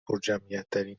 پرجمعیتترین